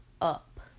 up